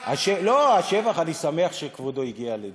לא, השבח, אני שמח שכבודו הגיע לדיון.